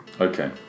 Okay